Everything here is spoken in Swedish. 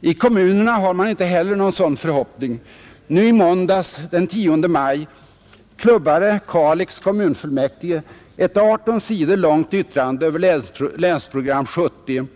I kommunerna har man inte heller någon sådan förhoppning. Nu i måndags — den 10 maj — klubbade Kalix kommunfullmäktige ett 18 sidor långt yttrande över Länsprogram 70.